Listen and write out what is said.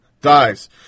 dies